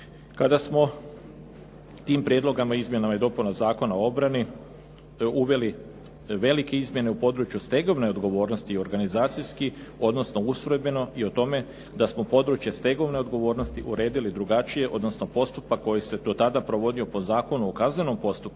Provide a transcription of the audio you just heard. Kada smo tim prijedlozima i izmjenama i dopunama Zakona o obrani uveli velike izmjene u području stegovne odgovornosti i organizacijski, odnosno ustrojbeno i o tome da smo područje stegovne odgovornosti uredili drugačije, odnosno postupak koji se do tada provodio po Zakonu o kaznenom postupku,